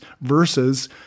versus